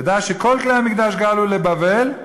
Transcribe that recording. תדע שכל כלי המקדש גלו לבבל,